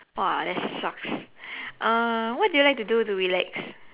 !wah! that sucks uh what do you like to do to relax